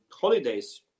holidays